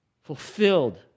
fulfilled